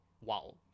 wow